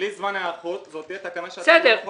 בלי זמן היערכות זאת תהיה תקנה --- בסדר,